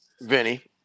Vinny